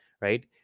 right